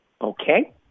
Okay